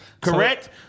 correct